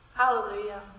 Hallelujah